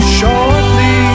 shortly